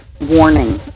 warning